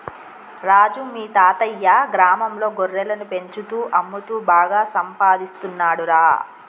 రాజు మీ తాతయ్యా గ్రామంలో గొర్రెలను పెంచుతూ అమ్ముతూ బాగా సంపాదిస్తున్నాడురా